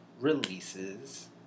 releases